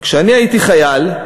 "כשאני הייתי חייל,